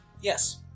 Yes